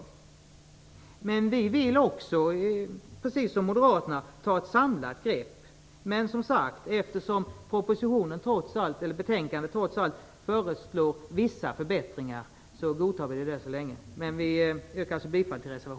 Också vi vill, precis som moderaterna, ta ett samlat grepp på detta, men eftersom det i propositionen och betänkandet trots allt föreslås vissa förbättringar, godtar vi tills vidare propositionens förslag.